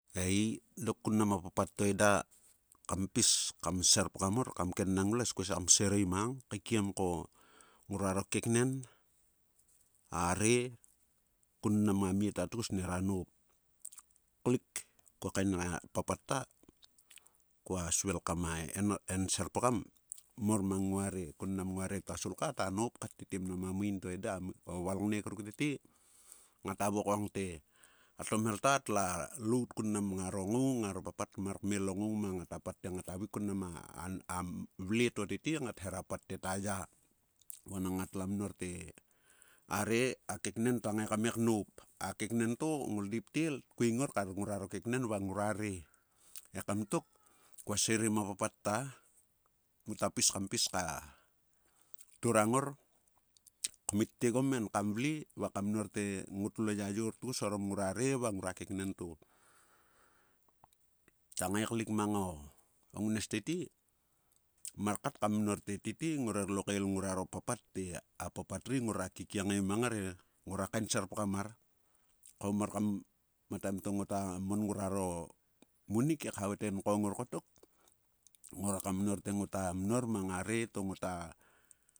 Eii-dok. kun mnam a papat to eda. kam pis kam serpgam mor. kam kennang nglues. kue sei kam sirei mang kaikiem ko. ngruaro keknen are. kun mnam amie ta tgus nera noup. Klik kokaen a papat ta. kua svil kama enserpgam mor mang ngua re. Kun mnam nguare to a sulka ta noup kat tete mnam a maein to eda. o valngek ruk tete ngata vokong te. a tomhel ta tla laut kun mnam nga ro ngaung. ngaro papat mar kmel o ngaung mang. Ngata patte ngata vaik kun mnam a vle to tete. ngat hera pat te taya. Vanang ngat lua mnor te. are a keknen. ta ngae kame knoup. A keknen to ngoldeip tel tkuing ngorkar ngruaro keknen va ngruare. Ekam tok. kua sirei ma papat ta muta pis kam pis ka turana ngor kmittiegom en kam vle. va kam mnor te. ngotlo yayor tgus orom ngora re va ngrua keknen to. Kta ngae klik mango ngnes tete. mar kat kam mnor te tete ngorer lokael ngrua ro papat te. a papat ri. ngruera kikiengae mang ngar e. ngora kaenserpgam mar. mataem to ngota mon ngruaro munik he khavae te nkong ngor kotok. ngora kamnor te ngota mnor mang are to ngota.